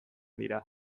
dira